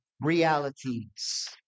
realities